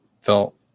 felt